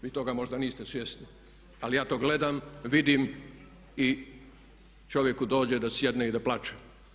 Vi toga možda niste svjesni, ali ja to gledam, vidim i čovjeku dođe da sjedne i plače.